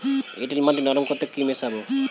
এঁটেল মাটি নরম করতে কি মিশাব?